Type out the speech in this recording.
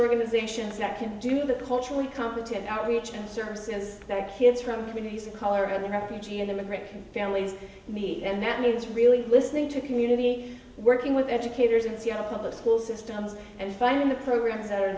organizations that can do the culturally competent our reach and services that kids from communities of color the refugee and immigrant families meet and that means really listening to the community working with educators in seattle public school systems and finding the programs that are